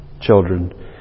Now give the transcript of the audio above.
children